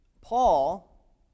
Paul